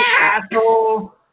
asshole